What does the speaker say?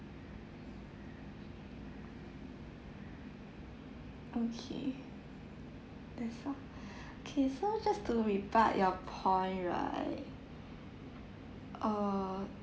okay that's all K so just to rebut your point right uh